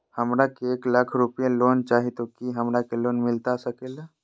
हमरा के एक लाख रुपए लोन चाही तो की हमरा के लोन मिलता सकेला?